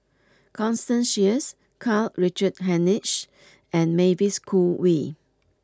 Constance Sheares Karl Richard Hanitsch and Mavis Khoo Oei